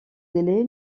délai